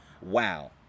Wow